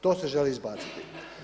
To se želi izbaciti.